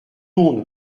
monde